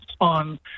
on